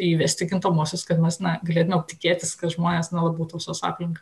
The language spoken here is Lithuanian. įvesti kintamuosius kad mes na galėtume tikėtis kad žmonės nuolat tausos aplinką